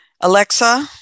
Alexa